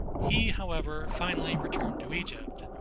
he, however, finally returned to egypt.